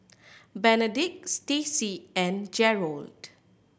Benedict Staci and Gerold